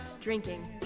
drinking